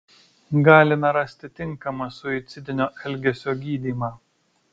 galime rasti tinkamą suicidinio elgesio gydymą